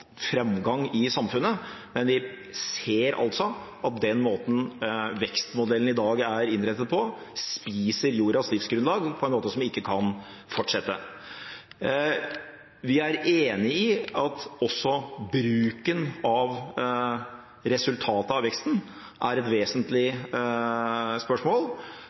framgang i samfunnet, tvert imot, men vi ser at den måten vekstmodellene i dag er innrettet på, spiser av jordas livsgrunnlag på en måte som ikke kan fortsette. Vi er enig i at også bruken av resultatet av veksten er et vesentlig spørsmål.